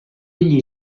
gli